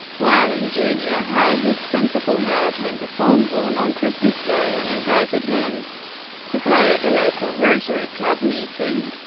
while in junior high, his principal heard him perform born on christmas day and invited him to play at the local rotary club meeting.